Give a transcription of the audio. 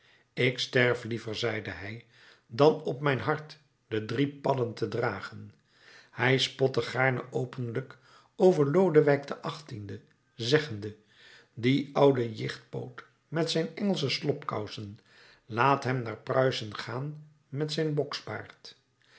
ik sterf liever zeide hij dan op mijn hart de drie padden te dragen hij spotte gaarne openlijk over lodewijk xviii zeggende die oude jichtpoot met zijn engelsche slobkousen laat hem naar pruisen gaan met zijn